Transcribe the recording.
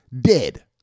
dead